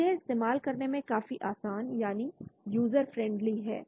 तो यह इस्तेमाल करने में काफी आसान यानी यूजर फ्रेंडली है